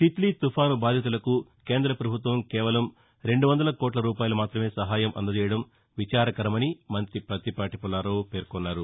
తిల్లీ తుపాసు బాధితులకు కేంద ప్రభుత్వం కేవలం రెండు వందల కోట్ల మాత్రమే సహాయం అందజేయడం విచారకరమని మంత్రి ప్రత్తిపాటి పుల్లారావు పేర్కొన్నారు